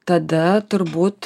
tada turbūt